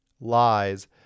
lies